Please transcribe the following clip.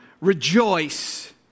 rejoice